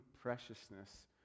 preciousness